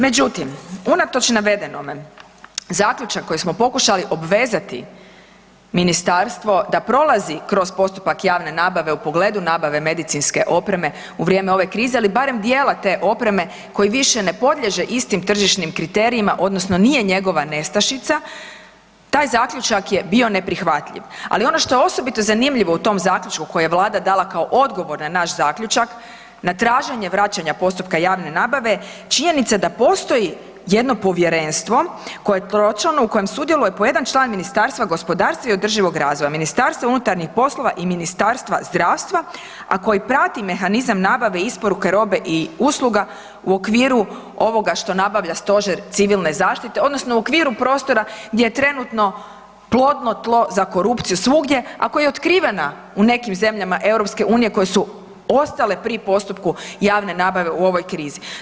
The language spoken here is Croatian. Međutim, unatoč navedenome zaključak kojim smo pokušali obvezati ministarstvo da prolazi kroz postupak javne nabave u pogledu nabave medicinske opreme u vrijeme ove krize ali barem dijela te opreme koji više ne podliježe istim tržišnim kriterijima odnosno nije njegova nestašica, taj zaključak je bio neprihvatljiv, ali ono što je osobito zanimljivo u tom zaključku koji je Vlada dala kao odgovor na naš zaključak na traženje vraćanja postupka javne nabave činjenica je da postoji jedno povjerenstvo koje je tročlano u kojem sudjeluje po jedan član Ministarstva gospodarstva i održivog razvoja, MUP-a i Ministarstva zdravstva, a koji prati mehanizam nabave, isporuke robe i usluga u okviru ovoga što nabavlja stožer civilne zaštite odnosno u okviru prostora gdje je trenutno plodno tlo za korupciju svugdje, a koja je otkrivena u nekim zemljama EU koje su ostale pri postupku javne nabave u ovoj krizi.